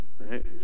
right